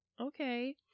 okay